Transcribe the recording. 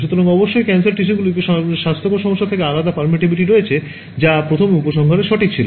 সুতরাং অবশ্যই ক্যান্সারযুক্ত টিস্যুগুলির স্বাস্থ্যকর সমস্যা থেকে আলাদা permittivity রয়েছে যা প্রথম উপসংহারে সঠিক ছিল